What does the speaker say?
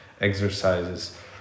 exercises